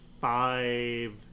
five